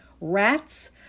rats